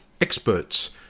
experts